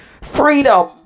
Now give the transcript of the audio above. freedom